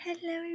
Hello